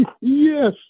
Yes